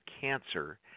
Cancer